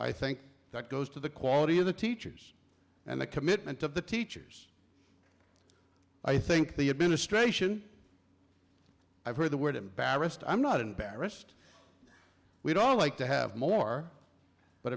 i think that goes to the quality of the teachers and the commitment of the teachers i think the administration i've heard the word embarrassed i'm not embarrassed we'd all like to have more but